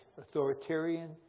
authoritarian